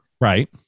Right